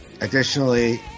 Additionally